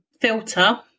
filter